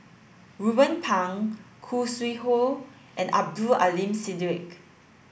Ruben Pang Khoo Sui Hoe and Abdul Aleem Siddique